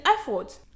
effort